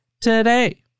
today